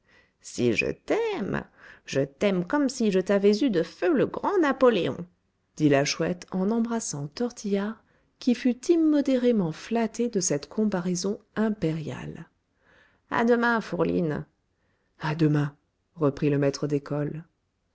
si je t'aime je t'aime comme si je t'avais eu de feu le grand napoléon dit la chouette en embrassant tortillard qui fut immodérément flatté de cette comparaison impériale à demain fourline à demain reprit le maître d'école